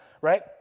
right